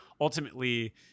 ultimately